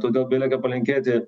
todėl belieka palinkėti